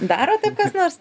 daro taip kas nors